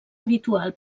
habitual